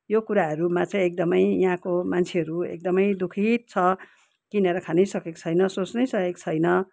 यो कुराहरूमा चाहिँ एकदमै यहाँको मान्छेहरू एकदमै दुखित छ किनेर खानै सकेको छैन सोच्नै सकेको छैन